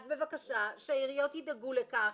אז בבקשה, שהעיריות ידאגו לכך.